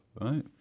right